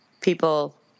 people